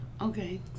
Okay